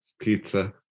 Pizza